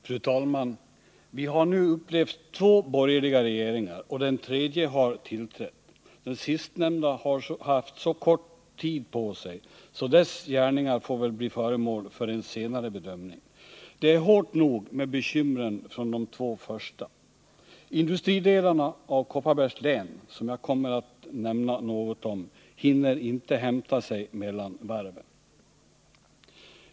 Fru talman! Vi har nu upplevt två borgerliga regeringar, och den tredje har tillträtt. Den senaste har haft så kort tid på sig att dess gärningar väl får bli föremål för en senare bedömning. Det är hårt nog med bekymren från de två första. Industridelarna av Kopparbergs län, som jag kommer att nämna något om, hinner inte hämta sig mellan varven.